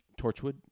Torchwood